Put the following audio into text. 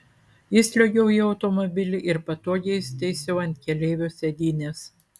įsliuogiau į automobilį ir patogiai įsitaisiau ant keleivio sėdynės